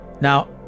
now